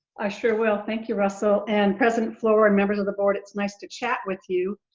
i sure will, thank you, russell. and president fluor and members of the board, it's nice to chat with you.